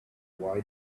why